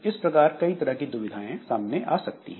इस प्रकार कई तरह की दुविधाएं सामने आ सकती हैं